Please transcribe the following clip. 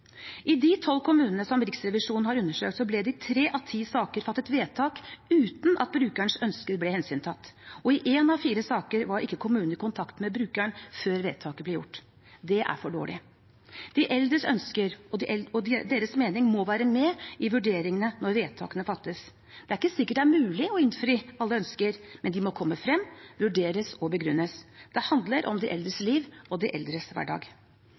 I de tolv kommunene som Riksrevisjonen har undersøkt, ble det i tre av ti saker fattet vedtak uten at brukerens ønsker ble hensyntatt. I én av fire saker var ikke kommunen i kontakt med brukeren før vedtaket ble gjort. Det er for dårlig. De eldres ønsker og deres mening må være med i vurderingene når vedtakene fattes. Det er ikke sikkert det er mulig å innfri alle ønsker, men de må komme frem, vurderes og begrunnes. Det handler om de eldres liv og de eldres hverdag.